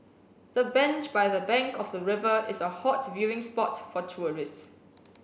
the bench by the bank of the river is a hot viewing spot for tourists